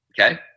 okay